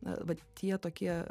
na va tie tokie